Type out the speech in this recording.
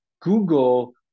Google